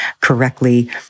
correctly